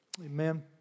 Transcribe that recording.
Amen